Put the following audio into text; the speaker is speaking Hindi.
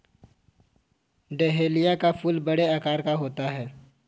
डहेलिया का फूल बड़े आकार का होता है